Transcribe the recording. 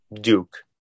Duke